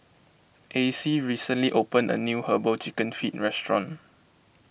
Acy recently opened a new Herbal Chicken Feet Restaurant